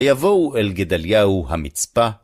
יבואו אל גדליהו המצפה.